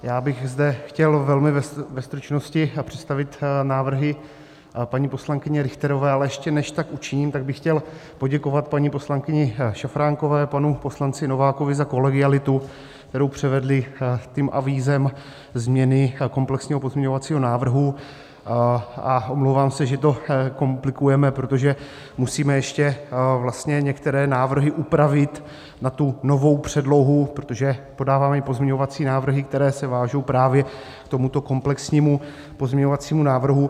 Já bych zde chtěl velmi ve stručnosti představit návrhy paní poslankyně Richterové, ale ještě než tak učiním, tak bych chtěl poděkovat paní poslankyni Šafránkové, panu poslanci Novákovi za kolegialitu, kterou předvedli s avízem změny komplexního pozměňovacího návrhu, a omlouvám se, že to komplikujeme, protože musíme ještě některé návrhy upravit na novou předlohu, protože podáváme i pozměňovací návrhy, které se vážou právě k tomuto komplexnímu pozměňovacímu návrhu.